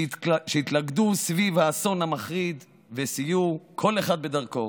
שהתלכדו סביב האסון המחריד וסייעו כל אחד בדרכו.